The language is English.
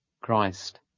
Christ